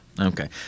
okay